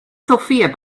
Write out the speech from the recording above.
sophia